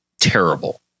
terrible